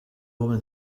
woman